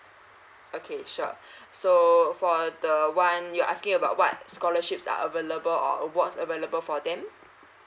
okay sure so for the one you asking about what scholarships are available or awards available for them